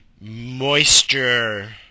moisture-